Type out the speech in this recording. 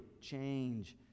change